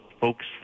folks